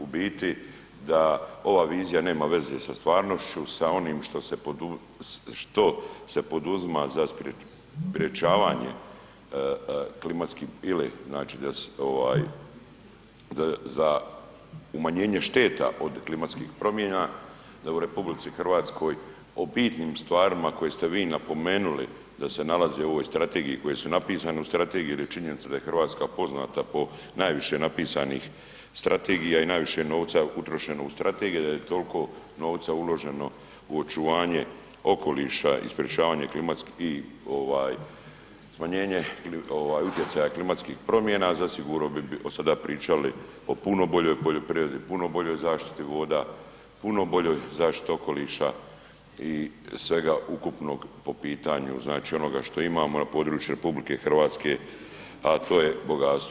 U biti da ova vizija nema veze sa stvarnošću sa onim što se poduzima za sprječavanje klimatskih ili znači da se ovaj za umanjenje šteta od klimatskih promjena, da u RH o bitnim stvarima koje svi vi napomenuli da se nalaze u ovoj strategiji i koje su napisane u strategiji, jer je činjenica da je Hrvatska poznata po najviše napisanih strategija i najviše novca je utrošeno u strategije da je toliko novca uloženo u očuvanje okoliša i sprječavanje klimatskih i ovaj smanjenje utjecaja klimatskih promjena zasigurno bi sada pričali o puno boljoj poljoprivredi, puno boljoj zaštiti voda, puno boljoj zaštiti okoliša i svega ukupnog po pitanju znači onoga što imamo na području RH, a to je bogatstvo.